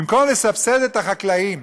במקום לסבסד את החקלאים,